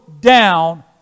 down